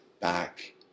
back